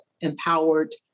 empowered